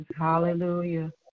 Hallelujah